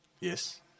Yes